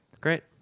great